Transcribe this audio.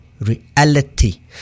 Reality